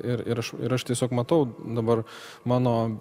ir ir aš ir aš tiesiog matau dabar mano